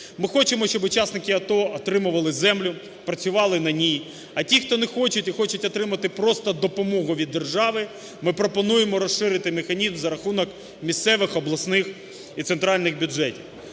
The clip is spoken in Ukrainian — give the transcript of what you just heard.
Ми хочемо, щоб учасники АТО отримували землю, працювали на ній, а ті, хто не хочуть, хочуть отримати просто допомогу від держави, ми пропонуємо розширити механізм за рахунок місцевих, обласних і центральних бюджетів.